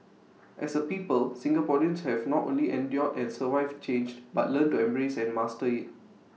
as A people Singaporeans have not only endured and survived change but learned to embrace and master IT